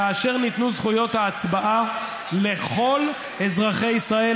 כאשר ניתנו זכויות ההצבעה לכל אזרחי ישראל,